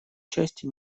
части